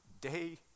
day